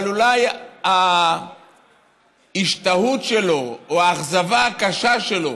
אבל אולי ההשתאות שלו או האכזבה הקשה שלו